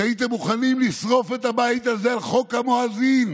שהייתם מוכנים לשרוף את הבית הזה על חוק המואזין,